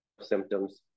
symptoms